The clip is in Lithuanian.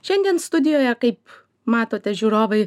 šiandien studijoje kaip matote žiūrovai